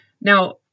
Now